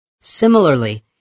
Similarly